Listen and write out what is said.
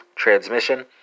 Transmission